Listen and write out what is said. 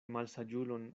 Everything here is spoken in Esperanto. malsaĝulon